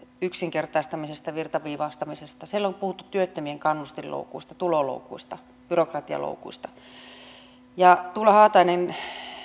yksinkertaistamisesta ja virtaviivaistamisesta siellä on puhuttu työttömien kannustinloukuista tuloloukuista byrokratialoukuista tuula haatainen